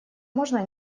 можно